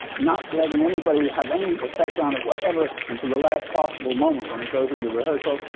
not letting anybody have any effect on it whatever until the last possible moment when it goes into rehearsal.